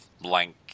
blank